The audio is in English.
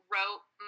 wrote